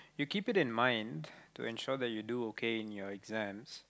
you keep it in mind to ensure that you do okay in your exams